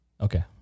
Okay